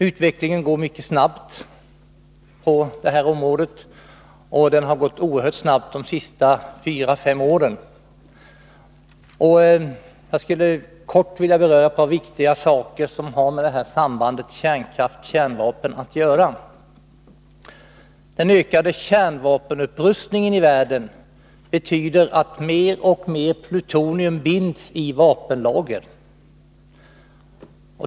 Utvecklingen går mycket snabbt på det här området, och den har gått oerhört snabbt de senaste fyra fem åren. Jag skulle kort vilja beröra ett par viktiga saker som har med sambandet kärnkraft-kärnvapen att göra. Den ökade kärnvapenupprustningen i världen betyder att mer och mer plutonium binds i vapenlager.